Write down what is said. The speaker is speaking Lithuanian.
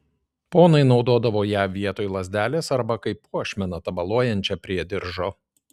ponai naudodavo ją vietoj lazdelės arba kaip puošmeną tabaluojančią prie diržo